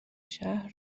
شهر